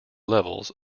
levels